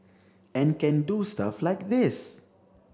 and can do stuff like this